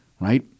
right